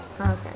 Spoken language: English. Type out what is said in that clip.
Okay